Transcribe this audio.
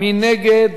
מי נגד?